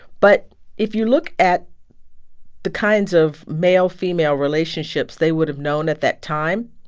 but if you look at the kinds of male-female relationships they would have known at that time,